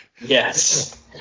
Yes